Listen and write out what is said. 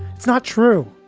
it's not true.